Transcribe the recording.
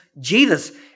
Jesus